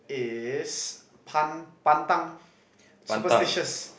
is pan~ pantang superstitious